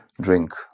drink